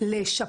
קודם כל מה